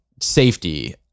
safety